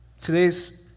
Today's